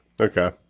Okay